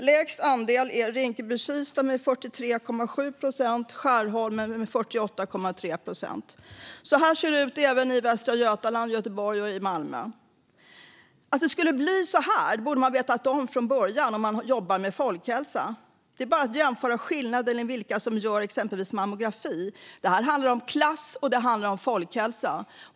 Lägst andel har Rinkeby-Kista med 43,7 procent och Skärholmen 48,5 procent. Så här ser det ut även i Västra Götaland, Göteborg och i Malmö. Att det skulle bli så här borde man vetat om från början om man jobbar med folkhälsa. Det är bara att jämföra skillnader i vilka som gör exempelvis mammografi. Det handlar om klass, och det handlar om folkhälsa.